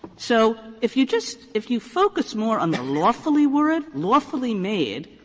so if you just if you focus more on the lawfully word, lawfully made,